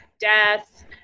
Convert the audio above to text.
death